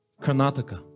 Karnataka